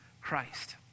Christ